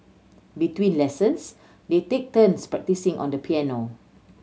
between lessons they take turns practising on the piano